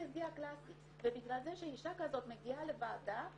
הקלאסי ובגלל זה שאישה כזאת מגיעה לוועדה,